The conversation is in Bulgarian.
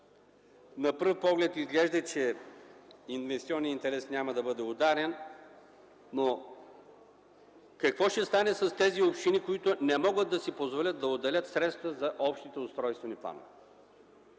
На пръв поглед изглежда, че инвестиционният интерес няма да бъде ударен, но какво ще стане с тези общини, които не могат да си позволят да отделят средства за общите устройствени планове?